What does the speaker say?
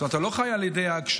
זאת אומרת אתה לא חי על ידי האגש"ח.